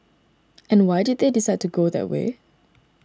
and why did they decide to go that way